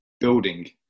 building